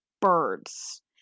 birds